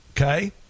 Okay